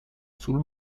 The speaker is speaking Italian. sul